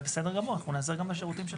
ובסדר גמור אנחנו ניעזר גם בשירותים שלך,